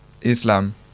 Islam